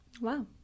wow